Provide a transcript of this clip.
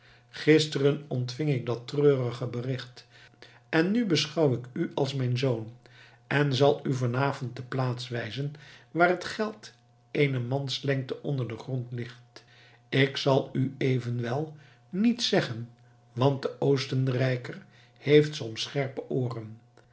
gisteren ontving ik dat treurige bericht en nu beschouw ik u als mijn zoon en zal u vanavond de plaats wijzen waar dat geld eene manslengte onder den grond ligt ik zal u evenwel niets zeggen want de oostenrijker heeft soms scherpe ooren